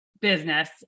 business